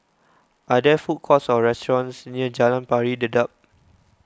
are there food courts or restaurants near Jalan Pari Dedap